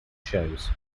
shows